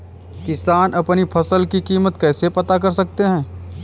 किसान अपनी फसल की कीमत कैसे पता कर सकते हैं?